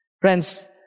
Friends